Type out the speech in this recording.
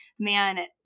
Man